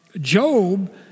Job